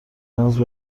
هنوزم